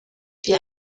wie